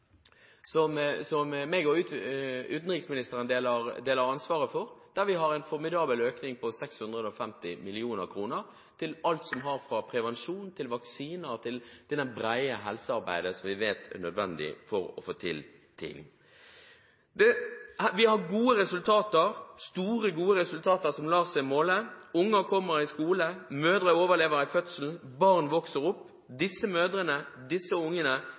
som jeg og utenriksministeren deler ansvaret for – der vi har en formidabel økning på 650 mill. kr til alt fra prevensjon til vaksiner, og til det brede helsearbeidet vi vet er nødvendig for å få til ting. Vi har store, gode resultater som lar seg måle: Unger kommer i skole, mødre overlever fødselen, barn vokser opp. Disse mødrene, disse ungene,